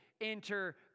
enter